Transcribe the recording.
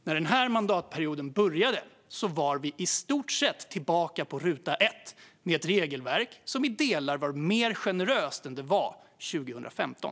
När den här mandatperioden började var vi i stort sett tillbaka på ruta ett, med ett regelverk som i delar var mer generöst än det var 2015.